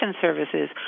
services